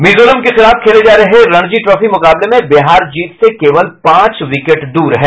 मिजोरम के खिलाफ खेले जा रहे रणजी ट्रॉफी मुकाबले में बिहार जीत से केवल पांच विकेट दूर है